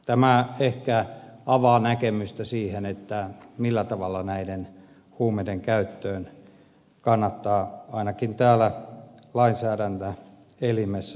tämä ehkä avaa näkemystä siihen millä tavalla huumeiden käyttöön kannattaa ainakin täällä lainsäädäntöelimessä suhtautua